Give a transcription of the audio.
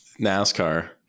NASCAR